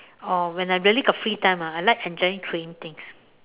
or when I really got free time ah I like enjoying throwing things